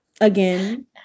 Again